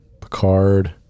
Picard